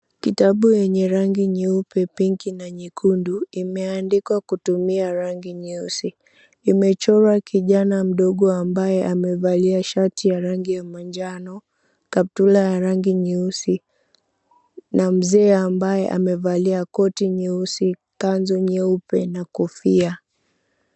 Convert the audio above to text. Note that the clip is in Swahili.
Kitabu yenye rangi nyeupe, pinki na nyekundu imeandikwa kwa kutumia rangi nyeusi, imechorwa kijana mdogo ambaye amevalia shati ya manjano, kaptula ya rangi nyeusi na mzee ambaye amevalia koti nyeusi , kanzu nyeupe na kofia.